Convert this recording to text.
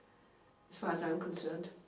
as far as i'm concerned.